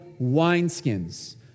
wineskins